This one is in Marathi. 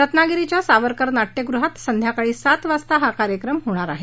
रत्नागिरीच्या सावरकर नाट्यगृहात सायंकाळी सात वाजता हा कार्यक्रम होणार आहे